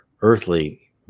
earthly